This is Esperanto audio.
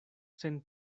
sen